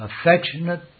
affectionate